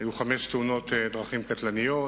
והיו חמש תאונות דרכים קטלניות.